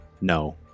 No